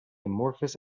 amorphous